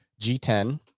G10